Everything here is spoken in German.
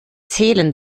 zählen